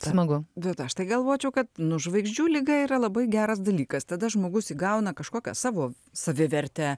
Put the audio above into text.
smagu bet aš galvočiau kad nu žvaigždžių liga yra labai geras dalykas tada žmogus įgauna kažkokią savo savivertę